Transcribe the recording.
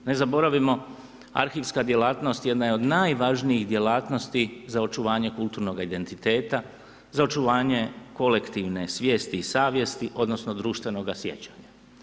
Ne zaboravimo arhivska djelatnost jedna je od najvažnijih djelatnosti za očuvanje kulturnoga identiteta, za očuvanje kolektivne svijesti i savjesti odnosno društvenoga sjećanja.